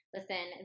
Listen